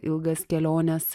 ilgas keliones